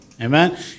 Amen